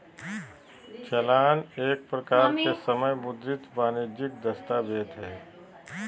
चालान एक प्रकार के समय मुद्रित वाणिजियक दस्तावेज हय